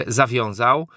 zawiązał